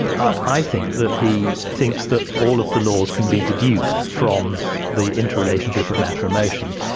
i think that he thinks that all of the laws can be deduced from the inter-relationship of matter and motion.